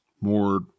more